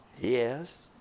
Yes